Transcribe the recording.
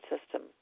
system